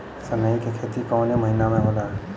सनई का खेती कवने महीना में होला?